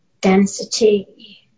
density